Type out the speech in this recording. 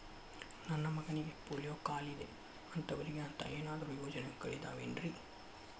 ನನ್ನ ಮಗನಿಗ ಪೋಲಿಯೋ ಕಾಲಿದೆ ಅಂತವರಿಗ ಅಂತ ಏನಾದರೂ ಯೋಜನೆಗಳಿದಾವೇನ್ರಿ?